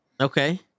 Okay